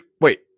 wait